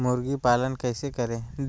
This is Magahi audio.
मुर्गी पालन कैसे करें?